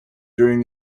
during